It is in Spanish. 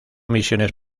misiones